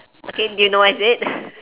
okay do you know what is it